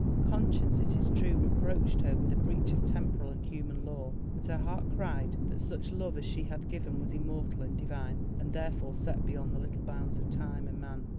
conscience, it is true, reproached her with a breach of temporal and human law, but her heart cried that such love as she had given was immortal and divine, and therefore set beyond the little bounds of time and man.